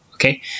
Okay